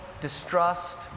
distrust